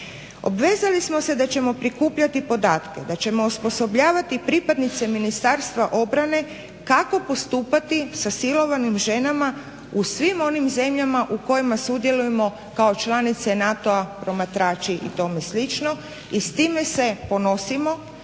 Obvezali smo se da ćemo prikupljati podatke, da ćemo osposobljavati i pripadnike Ministarstva obrane kako postupati sa silovanim ženama u svim onim zemljama u kojima sudjelujemo kao članice NATO-a, promatrači i tome slično i s time se ponosimo.